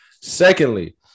secondly